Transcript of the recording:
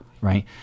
right